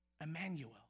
Emmanuel